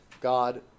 God